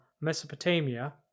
Mesopotamia